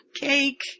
Cake